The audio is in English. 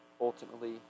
ultimately